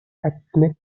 ethnic